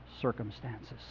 circumstances